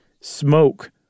smoke